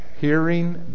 Hearing